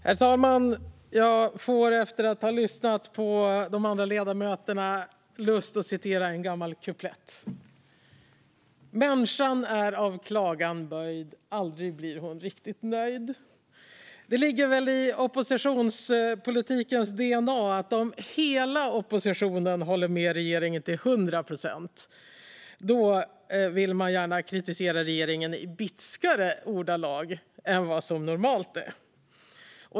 Herr talman! Jag får efter att ha lyssnat på de andra ledamöterna lust att citera en gammal kuplett: Människan är av klagan böjd, aldrig blir hon riktigt nöjd. Det ligger väl i oppositionspolitikens dna att om hela oppositionen håller med regeringen till hundra procent vill man gärna kritisera regeringen i bitskare ordalag än vad som är normalt.